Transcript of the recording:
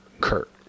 kurt